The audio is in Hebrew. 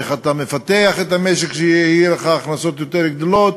איך אתה מפתח את המשק כך שיהיו לך הכנסות יותר גדולות,